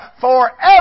forever